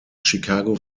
chicago